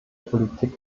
politik